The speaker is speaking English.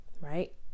right